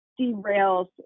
derails